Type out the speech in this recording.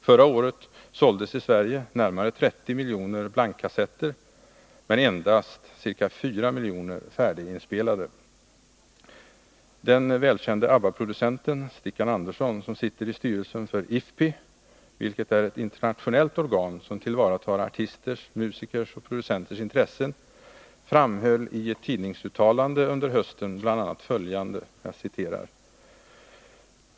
Förra året såldes i Sverige närmare 30 miljoner blankkassetter och endast ca 4 miljoner färdiginspelade. Den välkände ABBA-producenten, Stikkan Andersson, som sitter i styrelsen för IFPI, vilket är ett internationellt organ som tillvaratar artisters, musikers och producenters intressen, framhöll i ett tidningsuttalande under hösten bl.a. följande.